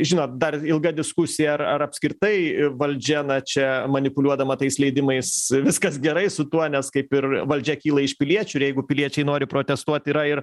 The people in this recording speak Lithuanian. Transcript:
žinot dar ilga diskusija ar ar apskritai valdžia na čia manipuliuodama tais leidimais viskas gerai su tuo nes kaip ir valdžia kyla iš piliečių ir jeigu piliečiai nori protestuoti yra ir